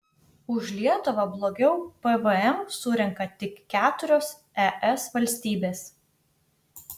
už lietuvą blogiau pvm surenka tik keturios es valstybės